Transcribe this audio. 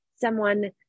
someone-